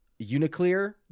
uniclear